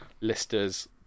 Lister's